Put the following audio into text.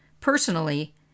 Personally